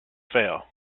fail